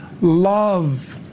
love